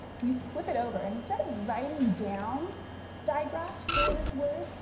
you flip it over and instead of writing down diagraphs for this word.